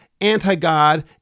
anti-God